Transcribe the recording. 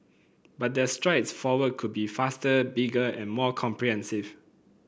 but their strides forward could be faster bigger and more comprehensive